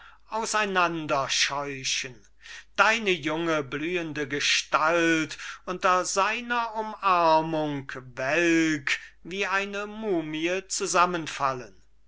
auseinander scheuchen deine junge blühende gestalt unter seiner umarmung welk wie eine mumie